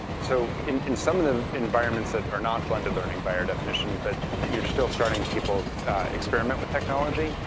so in some of the environments that are not blended learning by our definition, but you're still starting people experiment with technology.